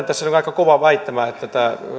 tässä oli toinen aika kova väittämä että